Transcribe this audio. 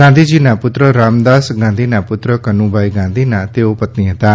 ગાંધીજીના પુત્ર રામદાસ ગાંધીના પુત્ર કનુભાઇ ગાંધીના તેઓ પત્ની હતાં